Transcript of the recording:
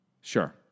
Sure